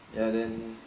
ya then